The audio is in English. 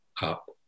up